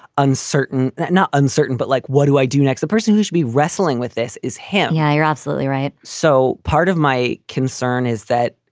uncertain, not uncertain, but like, what do i do next? a person who should be wrestling with this is him. yeah, you're absolutely right so part of my concern is that